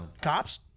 cops